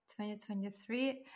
2023